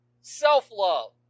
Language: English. self-love